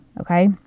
okay